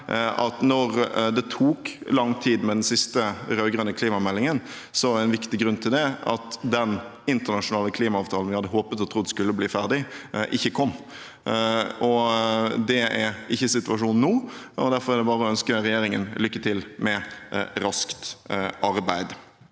når det tok lang tid med den siste rød-grønne klimameldingen, var en viktig grunn til det at den internasjonale klimaavtalen vi hadde håpet og trodd skulle bli ferdig, ikke kom. Det er ikke situasjonen nå. Derfor er det bare å ønske regjeringen lykke til med raskt arbeid.